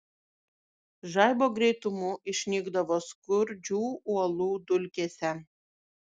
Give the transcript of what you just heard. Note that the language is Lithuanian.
žaibo greitumu išnykdavo skurdžių uolų dulkėse